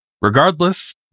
regardless